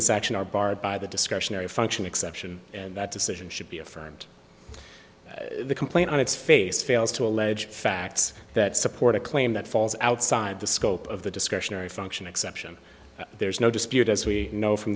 this action are barred by the discretionary function exception and that decision should be affirmed the complaint on its face fails to allege facts that support a claim that falls outside the scope of the discretionary function exception there's no dispute as we know from